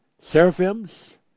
seraphims